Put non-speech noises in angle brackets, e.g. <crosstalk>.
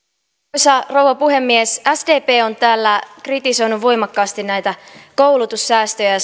arvoisa rouva puhemies sdp on täällä kritisoinut voimakkaasti näitä koulutussäästöjä ja <unintelligible>